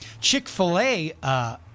Chick-fil-A